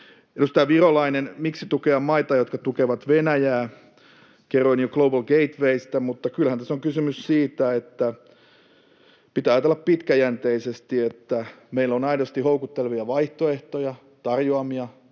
Edustaja Virolainen, miksi tukea maita, jotka tukevat Venäjää? Kerroin jo Global Gatewaysta, mutta kyllähän tässä on kysymys siitä, että pitää ajatella pitkäjänteisesti niin, että meillä on aidosti houkuttelevia vaihtoehtoja, tarjoamia, teknologioita,